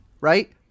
right